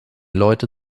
leute